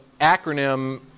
acronym